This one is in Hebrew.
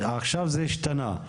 עכשיו זה השתנה,